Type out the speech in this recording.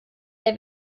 der